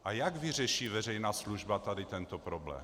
A jak vyřeší veřejná služba tady tento problém?